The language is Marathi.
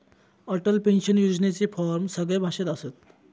अटल पेंशन योजनेचे फॉर्म सगळ्या भाषेत असत